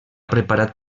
preparat